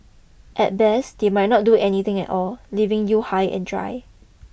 at best they might not do anything at all leaving you high and dry